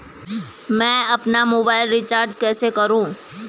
मैं अपना mobile recharge कैसे करूँ?